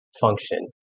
function